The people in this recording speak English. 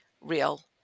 real